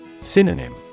Synonym